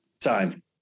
time